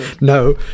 no